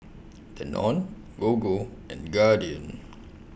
Danone Gogo and Guardian